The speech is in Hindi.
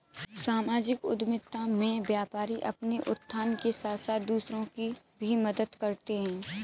सामाजिक उद्यमिता में व्यापारी अपने उत्थान के साथ साथ दूसरों की भी मदद करते हैं